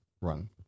run